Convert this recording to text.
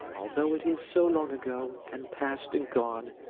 although it is so long ago, and past, and gone,